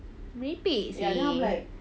repeat same